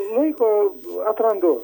laiko atrandu